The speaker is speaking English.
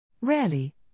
Rarely